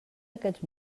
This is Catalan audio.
aquests